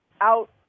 out